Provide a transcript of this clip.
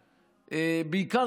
ובעיקר,